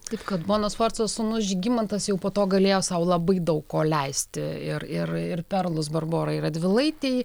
taip kad bonos sforcos sūnus žygimantas jau po to galėjo sau labai daug ko leisti ir ir ir perlus barborai radvilaitei